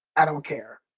i don't care.